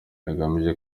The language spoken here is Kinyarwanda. igamije